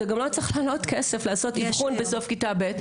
זה גם לא צריך לעלות כסף לעשות אבחון בסוף כיתה ב'.